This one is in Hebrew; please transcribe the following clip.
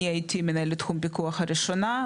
אני הייתי מנהלת תחום פיקוח הראשונה,